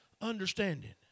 understanding